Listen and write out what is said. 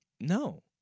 No